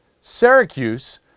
Syracuse